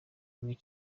muri